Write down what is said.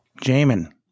Jamin